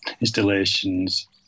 installations